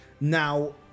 Now